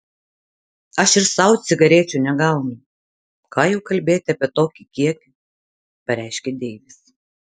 aš ir sau cigarečių negaunu ką jau kalbėti apie tokį kiekį pareiškė deivis